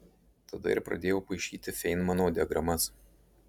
tada ir pradėjau paišyti feinmano diagramas